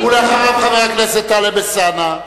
ואחריו, חבר הכנסת טלב אלסאנע.